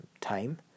time